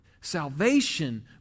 Salvation